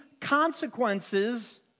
consequences